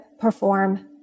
perform